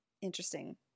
interesting